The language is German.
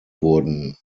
wurden